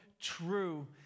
true